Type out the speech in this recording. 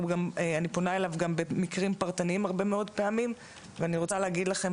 אני פונה אליו גם במקרים פרטניים הרבה מאוד פעמים ואני רוצה להגיד לכם